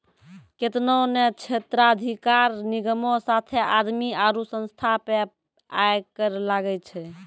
केतना ने क्षेत्राधिकार निगमो साथे आदमी आरु संस्था पे आय कर लागै छै